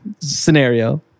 scenario